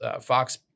Fox